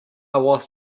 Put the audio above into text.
was